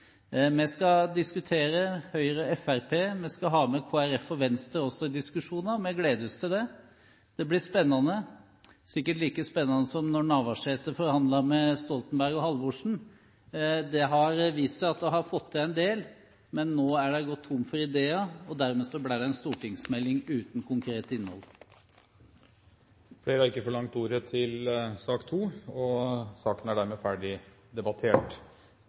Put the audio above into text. Vi skal diskutere, Høyre og Fremskrittspartiet, og vi skal ha med Kristelig Folkeparti og Venstre også i diskusjoner. Vi gleder oss til det. Det blir spennende – sikkert like spennende som da Navarsete forhandlet med Stoltenberg og Halvorsen. Det har vist seg at de har fått til en del – men nå er de gått tom for ideer, og dermed ble det en stortingsmelding uten konkret innhold. Flere har ikke bedt om ordet til sak nr. 2. Det er